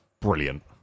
brilliant